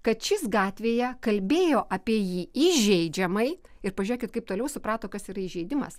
kad šis gatvėje kalbėjo apie jį įžeidžiamai ir pažiūrėkit kaip toliau suprato kas yra įžeidimas